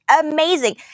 amazing